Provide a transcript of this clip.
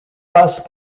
passent